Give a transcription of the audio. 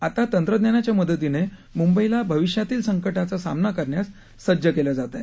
आता तंत्रज्ञानाच्या मदतीने मुंबईला भविष्यातील संकावा सामना करण्यास सज्ज केलं जातंय